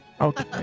Okay